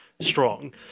strong